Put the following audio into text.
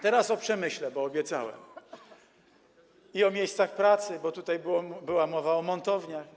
Teraz o przemyśle, bo to obiecałem, i o miejscach pracy, bo tutaj była mowa o montowniach.